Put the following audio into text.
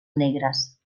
negras